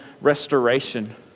restoration